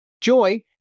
joy